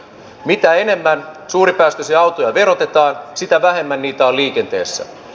mitä enemmän suuripäästöisiä autoja verotetaan sitä vähemmän niitä on liikenteessä